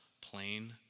plain